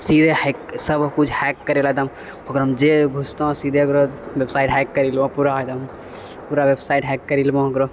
सीधे हैक सबकिछु हैक करैलए एकदम ओकरामे जे घुसतऽ सीधे ओकरो वेबसाइट हैक करि लेबऽ पूरा एकदम पूरा वेबसाइट हैक करि लेबऽ ओकरा